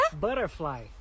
Butterfly